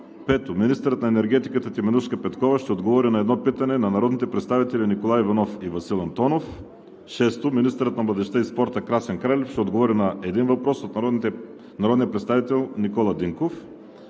5. Министърът на енергетиката Теменужка Петкова ще отговори на едно питане на народните представители Николай Иванов и Васил Антонов. 6. Министърът на младежта и спорта Красен Кралев ще отговори на един въпрос от народния представител Никола Динков.